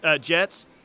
Jets